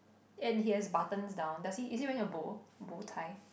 and he has buttons down does he is he wearing a bow bow tie